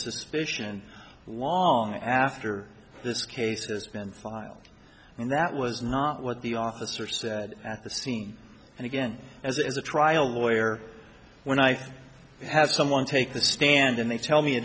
suspicion long after this case has been filed and that was not what the officer said at the scene and again as a trial lawyer when i have someone take the stand and they tell me a